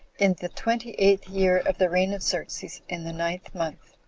in the twenty-eighth year of the reign of xerxes, in the ninth month.